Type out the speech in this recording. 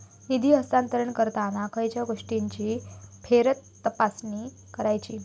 निधी हस्तांतरण करताना खयच्या गोष्टींची फेरतपासणी करायची?